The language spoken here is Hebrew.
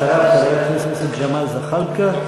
אחריו, חבר הכנסת ג'מאל זחאלקה,